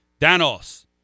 Danos